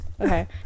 okay